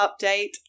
update